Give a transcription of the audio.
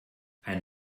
ein